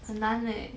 很难 leh